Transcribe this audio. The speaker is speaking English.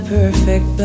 Perfect